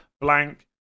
blank